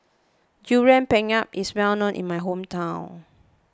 Durian Pengat is well known in my hometown